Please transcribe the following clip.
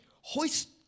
Hoist